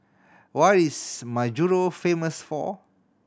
what is Majuro famous for